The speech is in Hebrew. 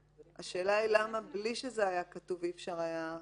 השאלה היא למה בלי שזה היה כתוב זה היה?